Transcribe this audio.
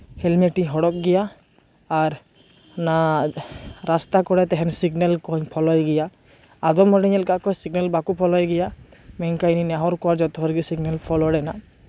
helmet ᱤᱧ ᱦᱚᱨᱚᱜ ᱜᱮᱭᱟ ᱟᱨ ᱚᱱᱟ ᱨᱟᱥᱛᱟ ᱠᱚᱨᱮ ᱛᱟᱦᱮᱸᱱ ᱥᱤᱸᱜᱽᱱᱮᱞ ᱠᱚᱦᱚᱸᱧ ᱯᱷᱳᱞᱳᱭ ᱜᱮᱭᱟ ᱟᱫᱚᱢ ᱦᱚᱲᱤᱧ ᱧᱮᱞ ᱟᱠᱟᱫ ᱠᱚᱣᱟ ᱥᱤᱸᱜᱽᱱᱮᱞ ᱵᱟᱠᱚ ᱯᱷᱳᱞᱳᱭ ᱜᱮᱭᱟ ᱢᱮᱱᱠᱷᱟᱡ ᱤᱧ ᱱᱮᱦᱚᱸᱨ ᱠᱚᱣᱟ ᱡᱚᱛᱚ ᱦᱚᱲᱜᱮ ᱥᱤᱸᱜᱽᱱᱮᱞ ᱯᱷᱳᱞᱳ ᱨᱮᱱᱟᱜ